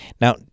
Now